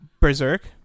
Berserk